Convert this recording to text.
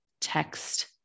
text